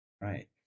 Right